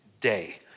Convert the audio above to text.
day